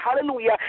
hallelujah